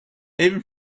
even